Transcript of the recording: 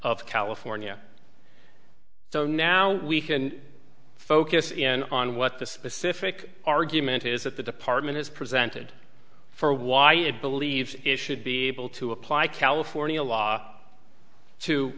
of california so now we can focus in on what the specific argument is that the department has presented for why it believes it should be able to apply california